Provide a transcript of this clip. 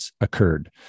occurred